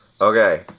Okay